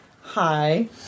Hi